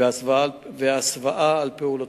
והסוואה לפעולותיו,